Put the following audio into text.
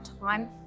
time